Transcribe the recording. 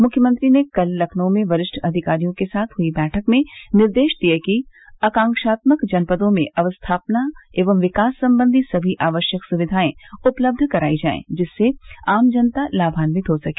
मुख्यमंत्री ने कल लखनऊ में वरिष्ठ अधिकारियों के साथ हुई बैठक में निर्देश दिये कि आकांक्षात्मक जनपदों में अवस्थापना एवं विकास संबंधी सभी आवश्यक सुविधाए उपलब्ध करायी जाये जिससे आम जनता लाभान्वित हो सके